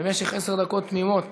במשך עשר דקות תמימות